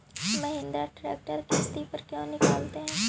Mahindra tractor किसति पर क्यों निकालते हैं?